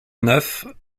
neuf